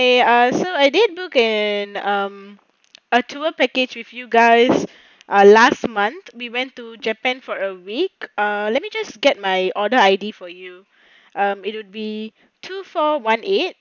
eh ah so I did book eh um a tour package with you guys last month we went to japan for a week ah let me just get my order I_D for you um it would be two four one eight